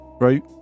Right